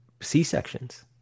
c-sections